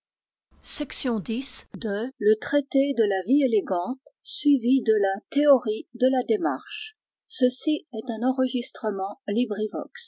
la théorie de la démarche traité de la vie élégante suivi de la théorie de la démarche table of contents pages